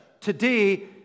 today